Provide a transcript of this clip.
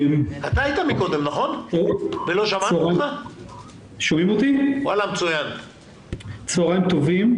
צהריים טובים.